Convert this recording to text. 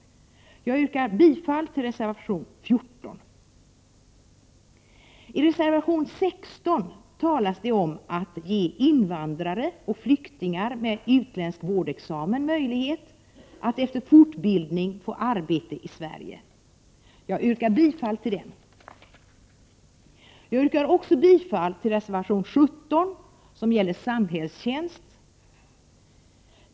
Jag yrkar bifall till reservation 14. I reservation 16 talas det om att ge invandrare och flyktingar med utländsk vårdexamen möjlighet att efter fortbildning få arbete i Sverige. Jag yrkar bifall till den. Jag yrkar också bifall till reservation 17, som gäller samhällstjänst.